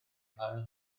hail